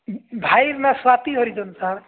ଭାଇର ନାଁ ସ୍ୱାତୀ ହରିଜନ୍ ସାର୍